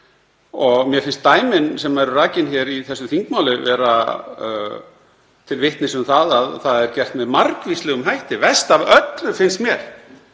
um. Mér finnst dæmin sem eru rakin í þessu þingmáli vera til vitnis um að það er gert með margvíslegum hætti. Verst af öllu finnst mér